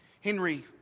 Henry